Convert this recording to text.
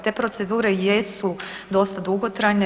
Te procedure jesu dosta dugotrajne.